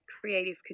creative